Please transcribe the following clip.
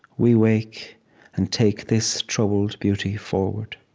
we wake and take this troubled beauty forward.